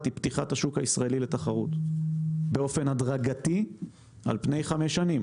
פתיחת השוק הישראלי לתחרות באופן הדרגתי על פני חמש שנים